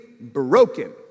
broken